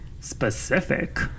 specific